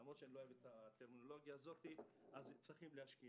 אני לא אוהב את הטרמינולוגיה הזאת, אבל יש להשקיע.